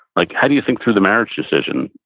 like how do you think through the marriage decision?